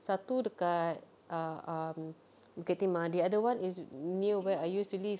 satu dekat uh um bukit timah the other is near where I used to live